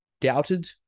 doubted